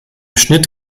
schnitt